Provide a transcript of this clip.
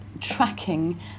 tracking